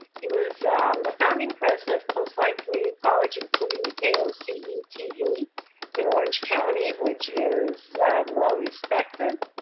he was the founding president of coastline community college, including the kocetv in orange county, which is well-respected.